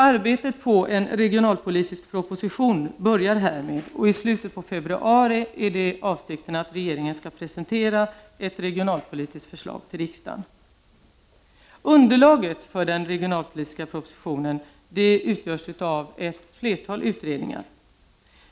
Arbetet på en regionalpolitisk proposition börjar härmed, och avsikten är att regeringen i slutet av februari skall presentera ett regionalpolitiskt förslag för riksdagen. Underlaget för den regionalpolitiska propositionen utgörs av ett flertal utredningar.